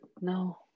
No